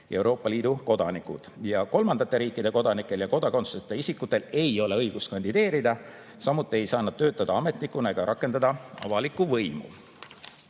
Euroopa Liidu kodanikud. Kolmandate riikide kodanikel ja kodakondsuseta isikutel ei ole õigust kandideerida, samuti ei saa nad töötada ametnikena ega rakendada avalikku võimu.